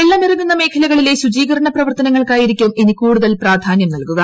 വെള്ളമിറങ്ങുന്ന മേഖകളിലെ ശൂചീകരണപ്രവർത്തനങ്ങൾക്കായിരിക്കും ഇനി കൂടുതൽ പ്രാധാനൃം നൽകുക